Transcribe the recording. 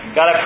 God